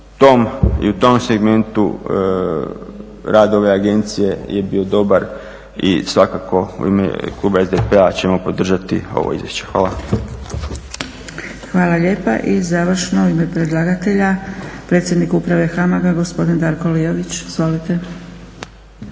se da i u tom segmentu rad ove agencije je bio dobar. I svakako u ime kluba SDP-a ćemo podržati ovo izvješće. Hvala. **Zgrebec, Dragica (SDP)** Hvala lijepa. I završno u ime predlagatelja predsjednik Uprave HAMAG-a gospodin Darko Liović. Izvolite.